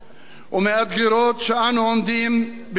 ומאתגרות שאנו עומדים בפניהן.